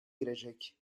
girecek